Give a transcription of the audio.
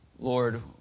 Lord